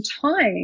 time